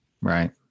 Right